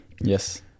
yes